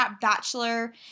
Bachelor